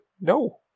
no